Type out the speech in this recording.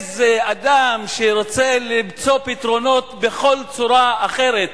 איזה אדם שרוצה למצוא פתרונות בכל צורה אחרת.